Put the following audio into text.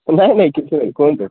ନାଇ ନାଇ କିଛି ନାଇ କୁହନ୍ତୁ